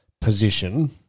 position